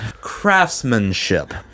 craftsmanship